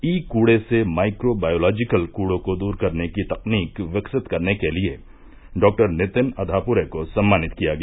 ई कूडे से microbiological कूड़ों को दूर करने की तकनीक विकसित करने के लिए डॉ नितिन अधापुरे को सम्मानित किया गया